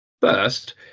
first